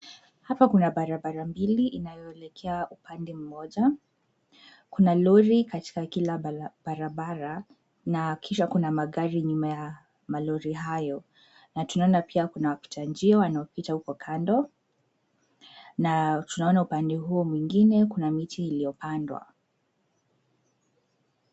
Hapa kuna barabara mbili inayoelekea upande mmoja, kuna lori katika kila barabara na kisha kuna magari nyuma ya ma lori hayo, na tunaona pia kuna wapita njia wanaopita huku kando na tunaona upande huo mwingine kuna miti iliyo pandwa.